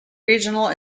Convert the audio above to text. regional